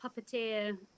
puppeteer